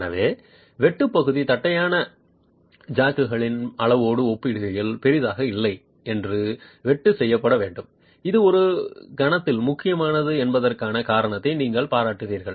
எனவே வெட்டு பகுதி தட்டையான பலாவின் அளவோடு ஒப்பிடுகையில் பெரிதாக இல்லை என்று வெட்டு செய்யப்பட வேண்டும் இது ஒரு கணத்தில் முக்கியமானது என்பதற்கான காரணத்தை நீங்கள் பாராட்டுவீர்கள்